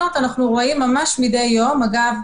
אגב,